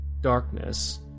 darkness